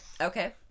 Okay